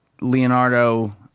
Leonardo